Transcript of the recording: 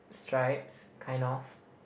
stripes kind of